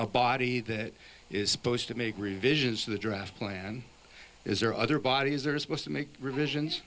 a body that is supposed to make revisions to the draft plan is there other bodies are supposed to make revisions